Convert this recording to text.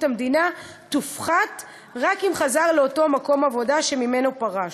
המדינה תופחת רק אם חזר לאותו מקום עבודה שממנו פרש.